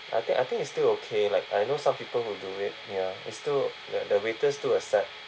I think I think it's still okay like I know some people who do it ya it still the the waiters still accept